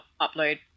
upload